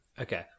Okay